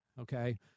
Okay